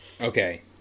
Okay